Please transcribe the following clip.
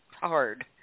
hard